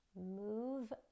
move